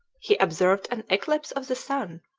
he observed an eclipse of the sun,